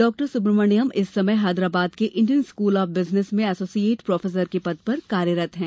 डॉ सुब्रमण्यम इस समय हैदराबाद के इंडियन स्कूल ऑफ बिजनेस में एसोसिएट प्रोफेसर के पद पर कार्यरत हैं